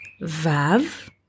Vav